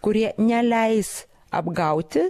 kurie neleis apgauti